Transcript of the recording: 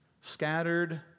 scattered